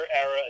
era